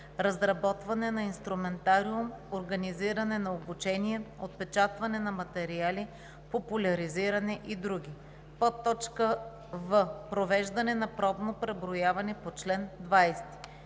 разработване на инструментариум, организиране на обучения, отпечатване на материали, популяризиране и други; в) провеждане на пробно преброяване по чл. 20;